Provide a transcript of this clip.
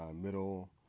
middle